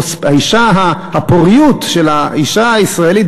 הפוריות של האישה הישראלית,